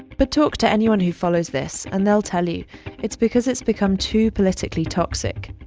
but talk to anyone who follows this and they'll tell you it's because it's become too politically toxic.